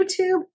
YouTube